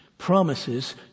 promises